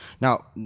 Now